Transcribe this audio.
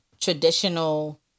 traditional